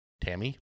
Tammy